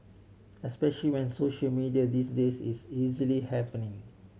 especial when social media these days it's easily happening